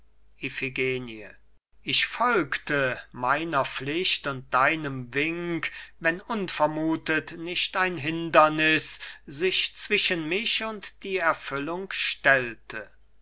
ich folgte meiner pflicht und deinem wink wenn unvermuthet nicht ein hinderniß sich zwischen mich und die erfüllung stellte